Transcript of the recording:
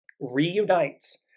reunites